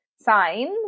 signs